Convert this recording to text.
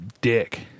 dick